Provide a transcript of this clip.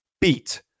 beat